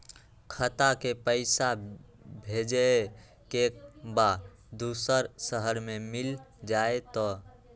खाता के पईसा भेजेए के बा दुसर शहर में मिल जाए त?